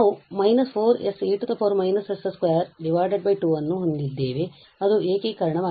ಆದ್ದರಿಂದ ನಾವು −4se −s22ಅನ್ನು ಹೊಂದಿದ್ದೇವೆ ಅದು ಏಕೀಕರಣವಾಗಿದೆ